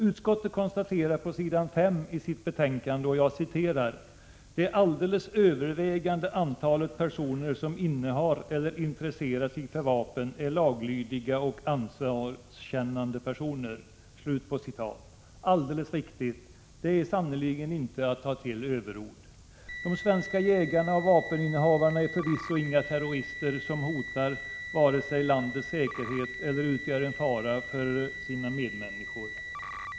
Utskottet konstaterar på s. 5 i sitt betänkande: ”Det alldeles övervägande antalet personer som innehar eller intresserar sig för vapen är laglydiga och ansvarskännande personer.” Alldeles riktigt; det är sannerligen inte att ta till överord. De svenska jägarna och vapeninnehavarna i allmänhet är förvisso inga terrorister som äventyrar landets säkerhet eller utgör en fara för sina medmänniskor.